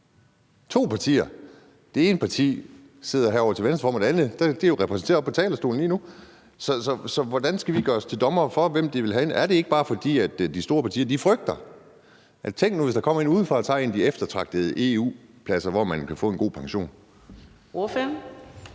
to partier. Det ene parti sidder herovre til venstre for mig, og det andet er jo repræsenteret oppe på talerstolen lige nu. Så hvordan skal vi gøre os til dommere over, hvem de vil have ind? Er det ikke bare, fordi de store partier frygter det? Tænk nu, hvis der kom en udefra og tog en af de eftertragtede EU-pladser, hvor man kan få en god pension. Kl.